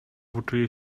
włóczyli